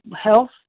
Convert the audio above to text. health